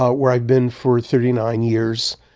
ah where i've been for thirty nine years.